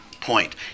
point